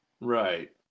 Right